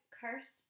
cursed